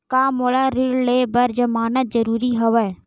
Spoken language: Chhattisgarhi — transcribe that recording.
का मोला ऋण ले बर जमानत जरूरी हवय?